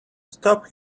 stop